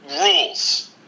rules